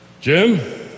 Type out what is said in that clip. Jim